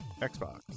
xbox